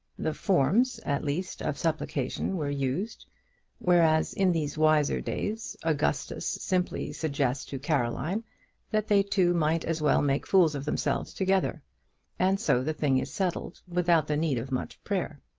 the forms at least of supplication were used whereas in these wiser days augustus simply suggests to caroline that they two might as well make fools of themselves together and so the thing is settled without the need of much prayer.